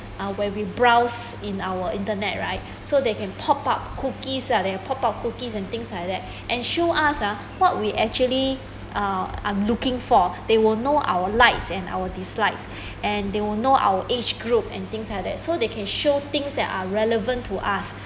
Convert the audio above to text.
uh where we browse in our internet right so they can pop up cookies uh they have pop out cookies and things like that and show us ah what we actually uh I'm looking for they will know our likes and our dislikes and they will know our age group and things like that so they can show things that are relevant to us